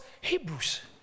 Hebrews